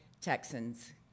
Texans